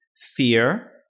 fear